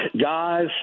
guys